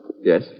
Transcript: Yes